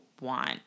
want